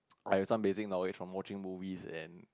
I have some basic knowledge from watching movies and